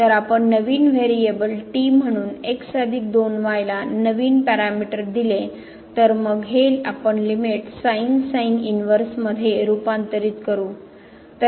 जर आपण नवीन व्हेरिएबल म्हणून x अधिक 2 y ला नवीन पॅरामीटर दिले तर मग आपण हे लिमिट इनव्हर्स मध्ये रूपांतरित करू